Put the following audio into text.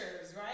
right